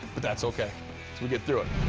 but that's okay, cause we get through it.